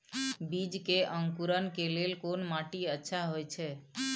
बीज के अंकुरण के लेल कोन माटी अच्छा होय छै?